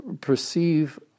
perceive